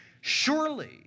Surely